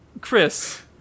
Chris